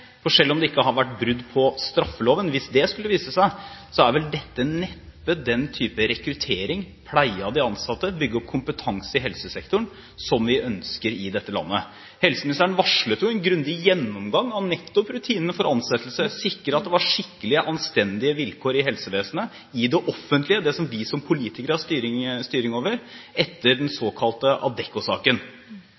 Selv om det skulle vise seg at det ikke har vært brudd på straffeloven, er det vel neppe denne type rekruttering, denne type pleie av de ansatte og denne måten å bygge opp kompetanse i helsesektoren på som vi ønsker i dette landet. Helseministeren varslet en grundig gjennomgang av nettopp rutinene for ansettelse, sikre at det var skikkelige, anstendige vilkår i helsevesenet, i det offentlige – det som vi som politikere har styring over – etter den